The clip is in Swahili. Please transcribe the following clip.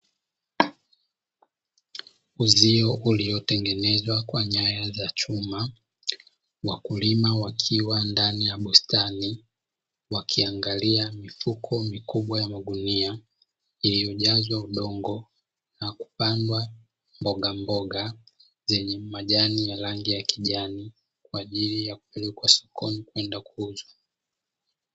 Uzio uliotengenezwa kwa nyaya za chuma, wakulima wakiwa ndani ya bustani, wakiangalia mifuko mikubwa ya magunia iliyojazwa udongo na kupandwa mboga mboga zenye majani ya rangi ya kijani kwa ajili ya kupelekwa sokoni kwenda kuuza.